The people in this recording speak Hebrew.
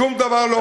שום דבר לא חדש,